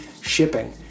shipping